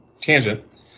tangent